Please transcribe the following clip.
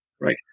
Right